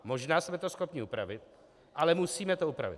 Možná jsme to schopni upravit, ale musíme to upravit.